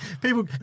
people